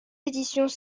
éditions